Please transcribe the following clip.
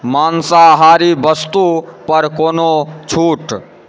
माँसाहारी वस्तुपर कोनो छूट